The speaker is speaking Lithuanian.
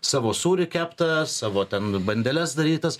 savo sūrį keptą savo ten bandeles darytas